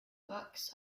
books